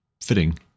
fitting